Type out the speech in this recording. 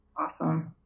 Awesome